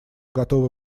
готовы